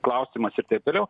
klausimas ir taip toliau